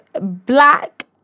black